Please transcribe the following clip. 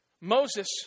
Moses